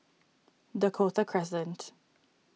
Dakota Crescent